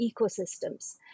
ecosystems